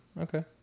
okay